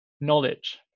knowledge